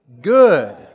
good